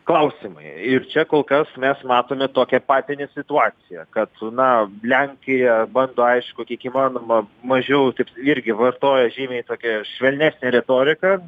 klausimai ir čia kol kas mes matome tokią patinę situaciją kad na lenkijoje bando aišku kiek įmanoma mažiau taip irgi vartoja žymiai tokią švelnę retoriką